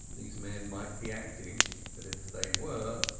these men might be acting but if they were,